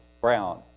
brown